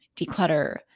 declutter